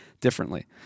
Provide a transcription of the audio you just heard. differently